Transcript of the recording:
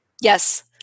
Yes